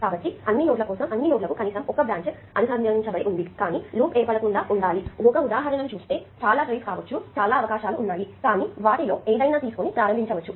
కాబట్టి అన్ని నోడ్లకు కనీసం ఒక బ్రాంచ్ లు అనుసంధానించబడి ఉండాలి కానీ లూప్ ఏర్పడకుండా ఉండాలి ఒక ఉదాహరణను చూస్తే చాలా ట్రీస్ కావచ్చు చాలా అవకాశాలు ఉన్నాయి కానీ వాటిలో ఏదైనా తీసుకొని ప్రారంభించవచ్చు